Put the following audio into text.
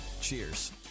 Cheers